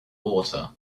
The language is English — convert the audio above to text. water